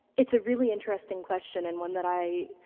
it's a really interesting question and one that i